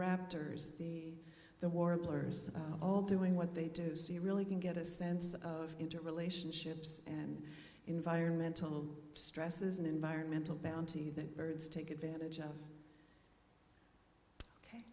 raptors the the warblers all doing what they do see really can get a sense of into relationships and environmental stresses an environmental bounty that birds take advantage of